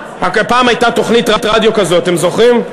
פעם הייתה תוכנית רדיו כזאת, זוכרים?